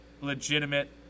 legitimate